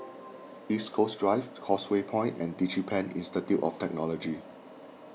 East Coast Drive Causeway Point and DigiPen Institute of Technology